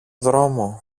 δρόμο